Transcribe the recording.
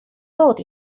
fod